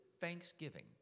thanksgiving